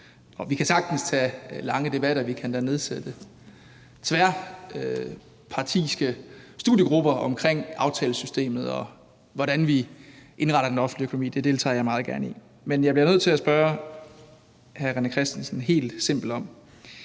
Vi kan sagtens tage lange debatter, og vi kan endda nedsætte studiegrupper på tværs af partierne om aftalesystemet, og hvordan vi indretter den offentlige økonomi, og det deltager jeg meget gerne i. Men jeg bliver nødt til helt enkelt at spørge hr. René Christensen: Når man for